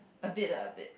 a bit lah a bit